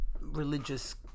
religious